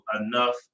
enough